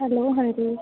hello ਹਾਂਜੀ